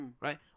right